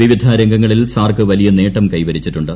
വിവിധ രംഗങ്ങളിൽ സാർക്ക് വലിയ നേട്ടം കൈവരിച്ചിട്ടുണ്ട്